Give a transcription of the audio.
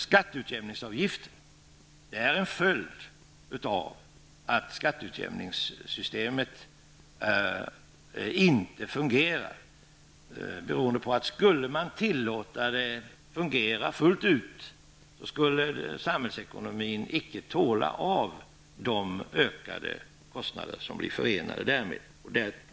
Skatteutjämningsavgiften är en följd av att skatteutjämningssystemet inte fungerar. Om man skulle låta det fungera fullt ut skulle samhällsekonomin inte tåla de ökade kostnader som blir följden därav.